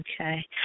Okay